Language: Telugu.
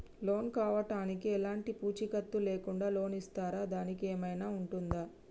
లోన్ కావడానికి ఎలాంటి పూచీకత్తు లేకుండా లోన్ ఇస్తారా దానికి ఏమైనా ఉంటుందా?